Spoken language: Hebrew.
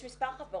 יש מספר חברות,